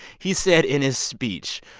he said in his speech,